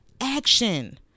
action